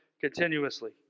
continuously